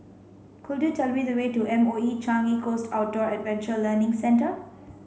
could you tell me the way to M O E Changi Coast Outdoor Adventure Learning Centre